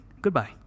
Goodbye